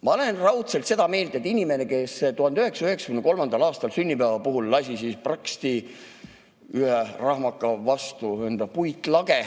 Ma olen raudselt seda meelt, et kui inimene 1993. aastal sünnipäeva puhul lasi praksti ühe rahmaka vastu enda puitlage,